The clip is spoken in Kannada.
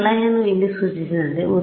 ಒಂದು ಸಲಹೆಯನ್ನು ಇಲ್ಲಿ ಸೂಚಿಸಿದಂತೆ